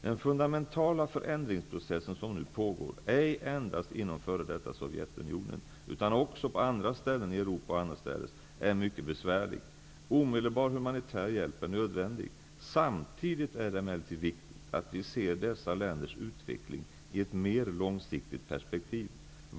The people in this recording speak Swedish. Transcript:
Den fundamentala förändringsprocess som nu pågår, ej endast inom f.d. Sovjetunionen, utan också på andra ställen i Europa och annorstädes, är mycket besvärlig. Omedelbar humanitär hjälp är nödvändig. Samtidigt är det emellertid viktigt att vi ser dessa länders utveckling i ett mer långsiktigt perspektiv.